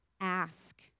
ask